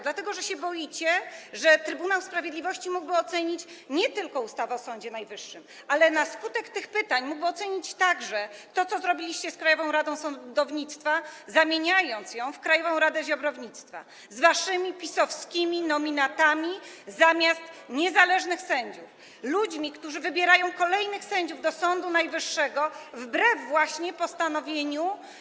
Dlatego że się boicie, że Trybunał Sprawiedliwości mógłby ocenić nie tylko ustawę o Sądzie Najwyższym, ale na skutek tych pytań mógłby ocenić także to, co zrobiliście z Krajową Radą Sądownictwa, zamieniając ją w Krajową Radę Ziobrownictwa z waszymi PiS-owskimi nominatami zamiast niezależnych sędziów, ludźmi, którzy wybierają kolejnych sędziów do Sądu Najwyższego wbrew właśnie postanowieniu.